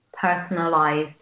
personalized